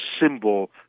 symbol